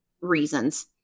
reasons